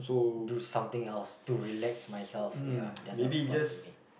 do something else to relax myself ya doesn't apply to me